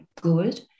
good